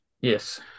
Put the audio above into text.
Yes